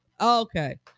okay